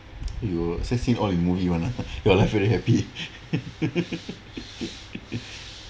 you sad scene all in movie [one] ah your life very happy